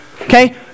okay